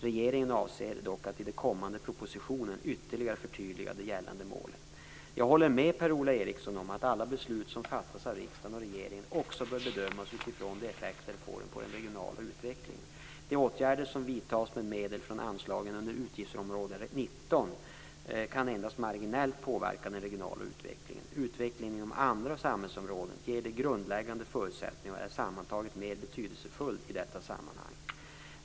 Regeringen avser dock att i den kommande propositionen ytterligare förtydliga de gällande målen. Jag håller med Per-Ola Eriksson om att alla beslut som fattas av riksdagen och regeringen också bör bedömas utifrån de effekter de får på den regionala utvecklingen. De åtgärder som vidtas med medel från anslagen under utgiftsområde 19 kan endast marginellt påverka den regionala utvecklingen. Utvecklingen inom andra samhällsområden ger de grundläggande förutsättningarna och är sammantaget mer betydelsefull i detta sammanhang.